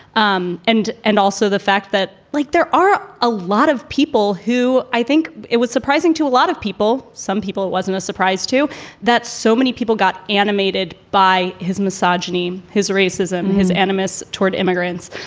um and and also the fact that like there are a lot of people who i think it was surprising to a lot of people. some people it wasn't a surprise to that. so many people got animated by his misogyny, his racism, his animus toward immigrants.